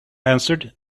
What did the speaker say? answered